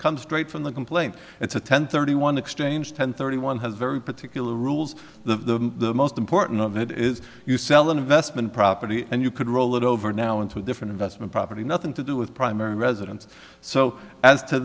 comes straight from the complaint it's a ten thirty one exchange ten thirty one has very particular rules the most important of it is you sell an investment property and you could roll it over now into a different investment property nothing to do with primary residence so as to